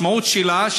המשמעות שלה היא,